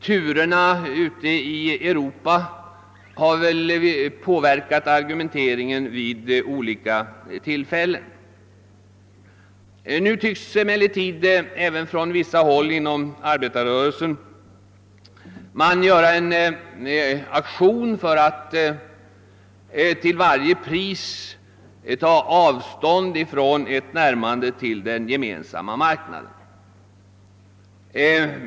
Turerna ute i Europa har väl också påverkat argumenteringen vid olika tillfällen. Nu tycks man emellertid även på vissa håll inom arbetarrörelsen göra en aktion för att till varje pris ta avstånd från ett närmande till Gemensamma marknaden.